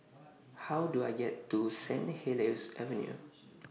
How Do I get to Saint Helier's Avenue